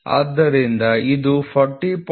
ಆದ್ದರಿಂದ ಇದು 40